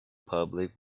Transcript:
public